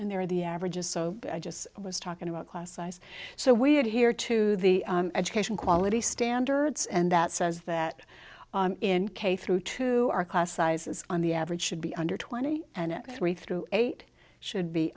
and there are the averages so i just was talking about class size so we adhere to the education quality standards and that says that in k through two our class sizes on the average should be under twenty and three through eight should be